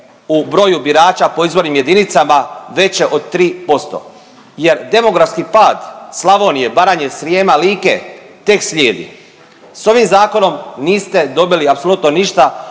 u broju birača po izbornim jedinicama veće od 3% jer demografski pad Slavonije, Baranje, Srijema, Like tek slijedi. S ovim zakonom niste dobili apsolutno ništa